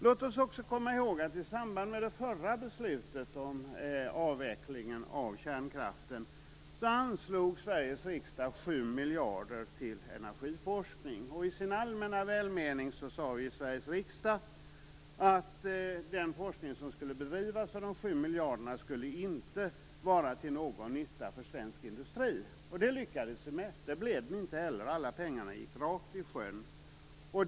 Låt oss också komma ihåg att i samband med det förra beslutet om avvecklingen av kärnkraften anslog Sveriges riksdag 7 miljarder till energiforskning. I sin allmänna välmening sade Sveriges riksdag att den forskning som skulle bedrivas för de 7 miljarderna inte skulle vara till någon nytta för svensk industri. Det lyckades man med. Det blev den heller inte. Alla pengarna gick rakt i sjön.